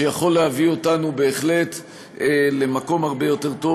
שיכול להביא אותנו בהחלט למקום הרבה יותר טוב,